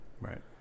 Right